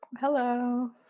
Hello